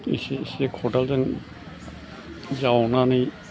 एसे एसे खदालजों जावनानै